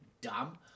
dumb